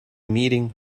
meeting